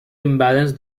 imbalance